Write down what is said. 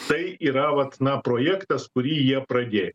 tai yra vat na projektas kurį jie pradėjo